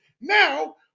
Now